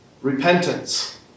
Repentance